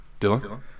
Dylan